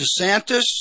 DeSantis